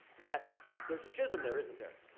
that there's a schism there, isn't there?